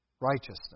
righteousness